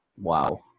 wow